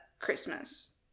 Christmas